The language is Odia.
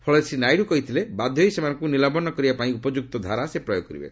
ଫଳରେ ଶ୍ରୀ ନାଇଡୁ କହିଥିଲେ ବାଧ୍ୟ ହୋଇ ସେମାନଙ୍କୁ ନିଲମ୍ବନ କରିବା ପାଇଁ ଉପଯୁକ୍ତ ଧାରା ସେ ପ୍ରୟୋଗ କରିବେ